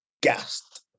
gassed